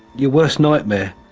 your worst nightmare.